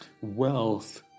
wealth